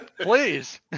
Please